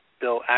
Bill